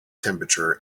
temperature